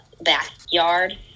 backyard